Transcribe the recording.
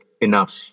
enough